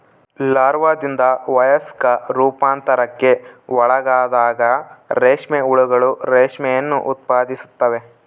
ಲಾರ್ವಾದಿಂದ ವಯಸ್ಕ ರೂಪಾಂತರಕ್ಕೆ ಒಳಗಾದಾಗ ರೇಷ್ಮೆ ಹುಳುಗಳು ರೇಷ್ಮೆಯನ್ನು ಉತ್ಪಾದಿಸುತ್ತವೆ